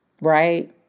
Right